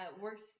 works